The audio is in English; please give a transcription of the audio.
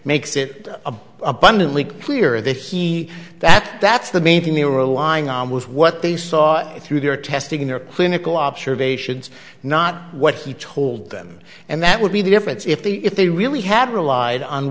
makes it abundantly clear that he that that's the main thing they were lying on with what they saw through their testing their clinical observations not what he told them and that would be the difference if the if they really had relied on